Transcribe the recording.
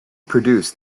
produced